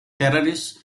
terrorists